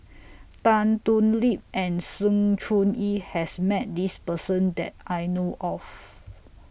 Tan Thoon Lip and Sng Choon Yee has Met This Person that I know of